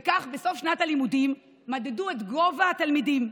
וכך, בסוף שנת הלימודים מדדו את גובה התלמידים.